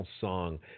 song